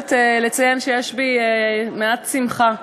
חייבת לציין שיש בי מעט שמחה,